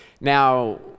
Now